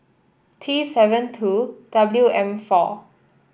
T seven two W M four